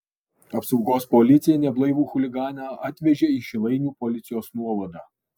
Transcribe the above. apsaugos policija neblaivų chuliganą atvežė į šilainių policijos nuovadą